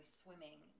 swimming